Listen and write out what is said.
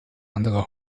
andere